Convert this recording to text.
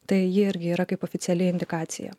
tai ji irgi yra kaip oficiali indikacijų